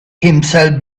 himself